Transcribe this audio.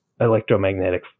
electromagnetic